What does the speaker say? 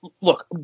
look